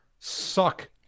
Suck